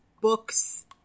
books